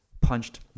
punched